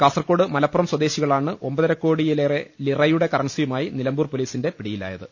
കാസർകോട് മലപ്പുറം സ്വദേശികളാണ് ഒമ്പതരക്കോടിയിലേറെ ലിറയുടെ കറൻസിയുമായി നിലമ്പൂർ പൊലീസിന്റെ പിടിയിലായത്